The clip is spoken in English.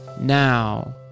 Now